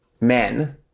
men